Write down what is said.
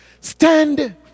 stand